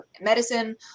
Medicine